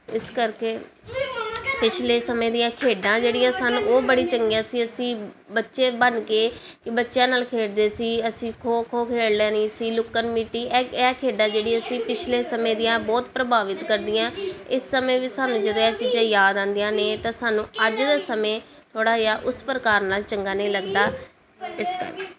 ਇਸ ਕਰਕੇ ਪਿਛਲੇ ਸਮੇਂ ਦੀਆਂ ਖੇਡਾਂ ਜਿਹੜੀਆਂ ਸਨ ਉਹ ਬੜੀ ਚੰਗੀਆਂ ਸੀ ਅਸੀਂ ਬੱਚੇ ਬਣ ਕੇ ਬੱਚਿਆਂ ਨਾਲ ਖੇਡਦੇ ਸੀ ਅਸੀਂ ਖੋ ਖੋ ਖੇਡ ਲੈਣੀ ਸੀ ਲੁੱਕਣ ਮਿੱਟੀ ਐ ਇਹ ਖੇਡਾਂ ਜਿਹੜੀ ਸੀ ਪਿਛਲੇ ਸਮੇਂ ਦੀਆਂ ਬਹੁਤ ਪ੍ਰਭਾਵਿਤ ਕਰਦੀਆਂ ਇਸ ਸਮੇਂ ਵਿੱਚ ਸਾਨੂੰ ਜਦੋਂ ਇਹ ਚੀਜ਼ਾਂ ਯਾਦ ਆਉਂਦੀਆਂ ਨੇ ਤਾਂ ਸਾਨੂੰ ਅੱਜ ਦੇ ਸਮੇਂ ਥੋੜ੍ਹਾ ਜਿਹਾ ਉਸ ਪ੍ਰਕਾਰ ਨਾਲ ਚੰਗਾ ਨਹੀਂ ਲੱਗਦਾ ਇਸ ਕਰਕੇ